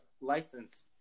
license